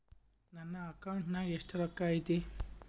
ನನ್ನ ಅಕೌಂಟ್ ನಾಗ ಎಷ್ಟು ರೊಕ್ಕ ಐತಿ?